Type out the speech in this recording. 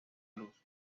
luz